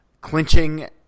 clinching